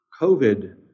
COVID